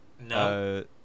No